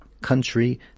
country